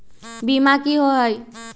बीमा की होअ हई?